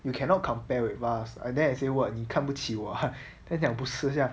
you cannot compare with us and then I say what 你看不起我 ah then 他讲不是 lah